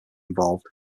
involved